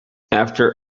after